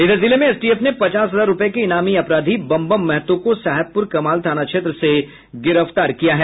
इधर जिले में एसटीएफ ने पचास हजार रूपये के ईनामी अपराधी बमबम महतो को साहेबप्र कमाल थाना क्षेत्र से गिफ्तार किया है